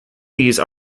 these